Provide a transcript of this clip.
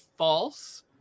False